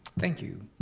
thank you,